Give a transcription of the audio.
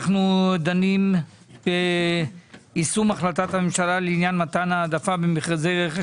אנחנו דנים ביישום החלטת הממשלה לעניין מתן העדפה במכרזי רכש